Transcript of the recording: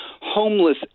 homeless